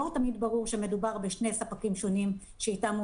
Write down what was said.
לא תמיד ברור שמדובר בשני ספקים שונים אתם הוא